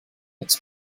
its